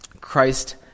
Christ